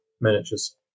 miniatures